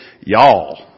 y'all